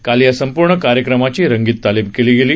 काल या संपूर्ण कार्यक्रमाची रंगीत तालीम केली गेली